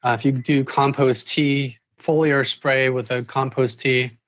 ah if you do compost tea, foliar spray with a compost tea.